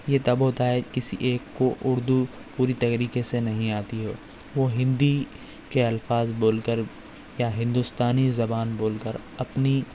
یہ تب ہوتا ہے کسی ایک کو اردو پوری طریقے سے نہیں آتی ہو وہ ہندی کے الفاظ بول کر یا ہندوستانی زبان بول کر اپنی